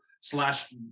slash